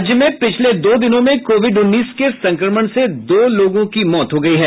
राज्य में पिछले दो दिनों में कोविड उन्नीस के संक्रमण से दो लोगों की मौत हो गयी है